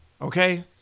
okay